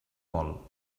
vol